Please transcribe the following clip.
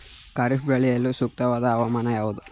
ಖಾರಿಫ್ ಬೆಳೆ ಬೆಳೆಯಲು ಸೂಕ್ತವಾದ ಹವಾಮಾನ ಯಾವುದು?